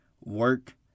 work